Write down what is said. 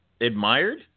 admired